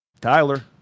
Tyler